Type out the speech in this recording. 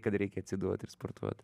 kad reikia atsiduot ir sportuot